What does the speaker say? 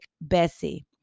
bessie